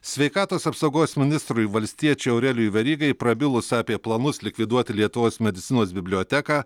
sveikatos apsaugos ministrui valstiečiui aurelijui verygai prabilus apie planus likviduoti lietuvos medicinos biblioteką